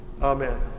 Amen